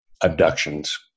abductions